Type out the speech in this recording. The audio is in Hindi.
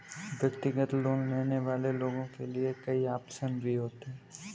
व्यक्तिगत लोन लेने वाले लोगों के लिये कई आप्शन भी होते हैं